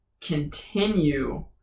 continue